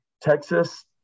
Texas